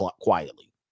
quietly